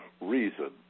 reason